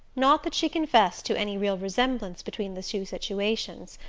not that she confessed to any real resemblance between the two situations.